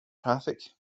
traffic